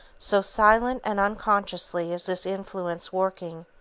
so silent and unconsciously is this influence working,